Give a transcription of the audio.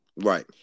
Right